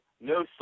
no